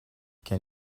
can